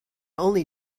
only